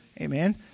amen